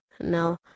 No